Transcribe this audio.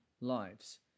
lives